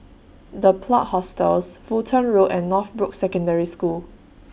The Plot Hostels Fulton Road and Northbrooks Secondary School